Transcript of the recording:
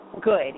good